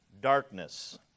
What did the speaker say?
darkness